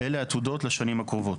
אלה העתודות לשנים הקרובות.